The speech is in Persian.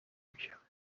میشود